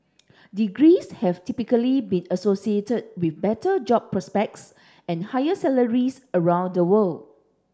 degrees have typically been associated with better job prospects and higher salaries around the world